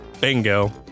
Bingo